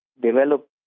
develop